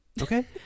Okay